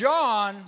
John